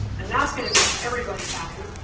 and that's gonna make everybody happy.